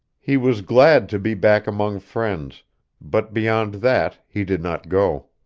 he was glad to be back among friends but beyond that he did not go.